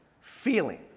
feeling